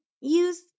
use